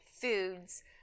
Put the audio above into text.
foods